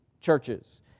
churches